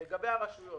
לגבי הרשויות: